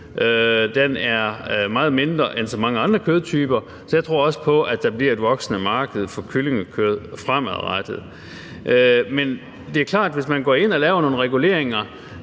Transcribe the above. den forrige taler var inde på. Så jeg tror også på, at der bliver et voksende marked for kyllingekød fremadrettet. Men det er klart, at hvis man går ind og laver nogle reguleringer,